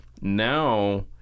now